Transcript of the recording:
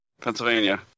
Pennsylvania